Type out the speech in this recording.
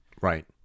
Right